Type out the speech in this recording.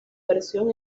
versión